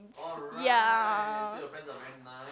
yeah